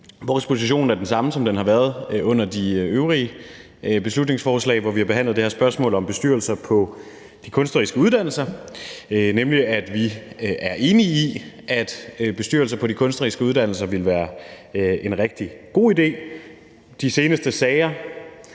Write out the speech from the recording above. Vores position er den samme, som den har været under de øvrige beslutningsforslag, hvor vi har behandlet det her spørgsmål om bestyrelser på de kunstneriske uddannelser, nemlig at vi er enige i, at bestyrelser på de kunstneriske uddannelser vil være en rigtig god idé. De seneste sager